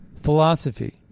philosophy